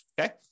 okay